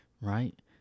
right